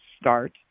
start